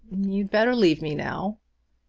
you'd better leave me now.